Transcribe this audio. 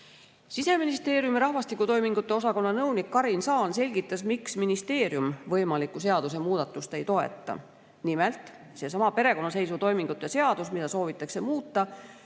Siseministeeriumi rahvastikutoimingute osakonna nõunik Karin Saan selgitas, miks ministeerium võimalikku seadusemuudatust ei toeta. Nimelt, seesama perekonnaseisutoimingute seadus, mida soovitakse muuta,